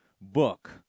book